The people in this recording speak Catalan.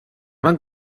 van